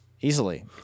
Easily